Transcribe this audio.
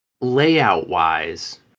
Layout-wise